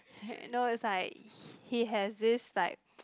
no it's like he has this like